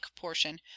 portion